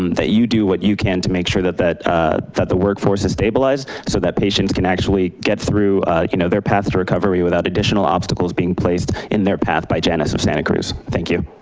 um that you do what you can to make sure that that the workforce is stabilized so that patients can actually get through you know their path to recovery without additional obstacles being placed in their path by janus of santa cruz. thank you.